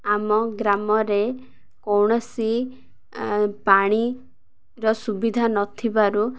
ଆମ ଗ୍ରାମରେ କୌଣସି ପାଣିର ସୁବିଧା ନଥିବାରୁ